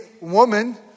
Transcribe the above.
woman